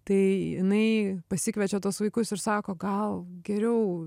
tai jinai pasikviečia tuos vaikus ir sako gal geriau